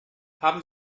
haben